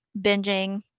binging